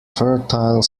fertile